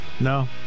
No